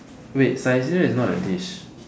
wait Saizeriya is not a dish